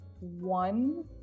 one